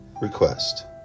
request